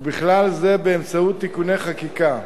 ובכלל זה באמצעות תיקוני חקיקה.